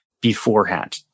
beforehand